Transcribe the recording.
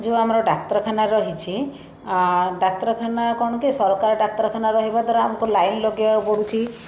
ଯେଉଁ ଆମର ଡ଼ାକ୍ତରଖାନା ରହିଛି ଡ଼ାକ୍ତରଖାନା କ'ଣ କି ସରକାର ଡ଼ାକ୍ତରଖାନାରେ ରହିବା ଦ୍ୱାରା ଆମକୁ ଲାଇନ ଲଗାଇବାକୁ ପଡ଼ୁଛି